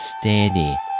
steady